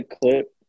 clip